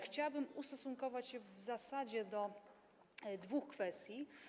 Chciałabym ustosunkować się w zasadzie do dwóch kwestii.